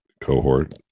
cohort